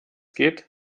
geht